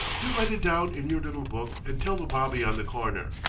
you write it down in your little book and tell the bobby on the corner.